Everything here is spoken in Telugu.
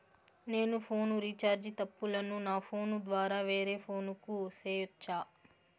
నేను ఫోను రీచార్జి తప్పులను నా ఫోను ద్వారా వేరే ఫోను కు సేయొచ్చా?